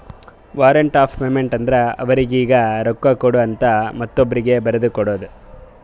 warrant of payment ಅಂದುರ್ ಅವರೀಗಿ ರೊಕ್ಕಾ ಕೊಡು ಅಂತ ಮತ್ತೊಬ್ರೀಗಿ ಬರದು ಕೊಡೋದು